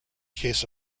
case